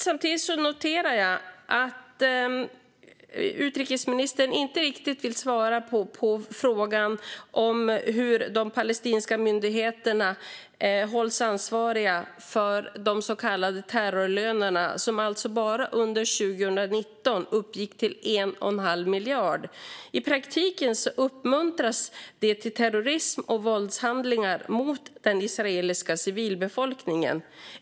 Samtidigt noterar jag att utrikesministern inte riktigt vill svara på frågan om hur de palestinska myndigheterna hålls ansvariga för de så kallade terrorlönerna som alltså bara under 2019 uppgick till 1 1⁄2 miljard. I praktiken uppmuntras det till terrorism och våldshandlingar mot den israeliska civilbefolkningen.